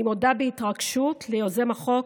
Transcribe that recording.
אני מודה בהתרגשות ליוזם החוק,